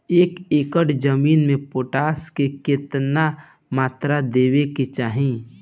एक कट्ठा जमीन में पोटास के केतना मात्रा देवे के चाही?